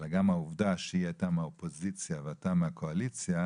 אלא גם העובדה שהיא הייתה מהקואליציה ואתה מהאופוזיציה.